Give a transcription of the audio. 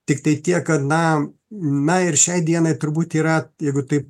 tiktai tiek kad na na ir šiai dienai turbūt yra jeigu taip